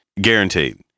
guaranteed